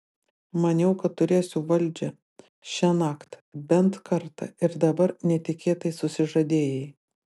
maniau kad turėsiu valdžią šiąnakt bent kartą ir dabar netikėtai susižadėjai